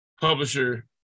publisher